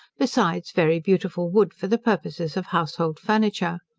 besides very beautiful wood for the purposes of household furniture.